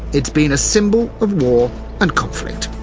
it's been a symbol of war and conflict,